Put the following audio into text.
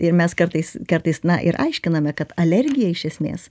ir mes kartais kartais na ir aiškiname kad alergija iš esmės